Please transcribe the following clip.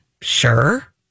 Sure